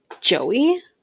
Joey